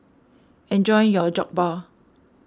enjoy your Jokbal